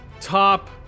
Top